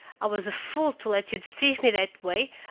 i was a fool to let you deceive me that way,